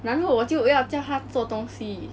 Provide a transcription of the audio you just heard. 然后我就要叫他做东西